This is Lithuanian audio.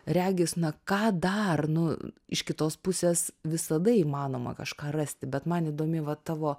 regis na ką dar nu iš kitos pusės visada įmanoma kažką rasti bet man įdomi va tavo